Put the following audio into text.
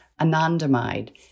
anandamide